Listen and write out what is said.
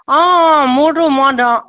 অঁ মোৰতো মই দ